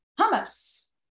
hummus